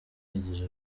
yagize